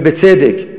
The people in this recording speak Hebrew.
ובצדק,